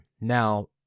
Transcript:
Now